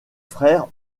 frère